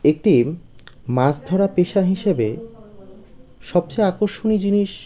একটি মাছ ধরা পেশা হিসেবে সবচেয়ে আকর্ষণীয় জিনিস